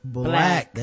black